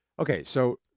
okay so,